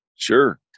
Sure